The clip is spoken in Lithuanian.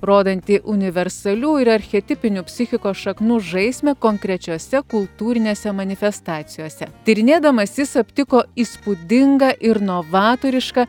rodantį universalių ir archetipinių psichikos šaknų žaismę konkrečiose kultūrinėse manifestacijose tyrinėdamas jis aptiko įspūdingą ir novatorišką